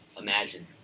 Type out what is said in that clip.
imagine